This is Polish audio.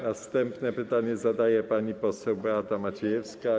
Następne pytanie zadaje pani poseł Beata Maciejewska.